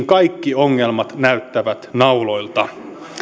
kaikki ongelmat näyttävät nauloilta